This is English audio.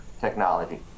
technology